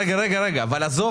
עזוב